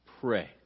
Pray